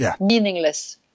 meaningless